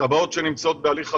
תב"עות שנמצאות בהליך הסדרה.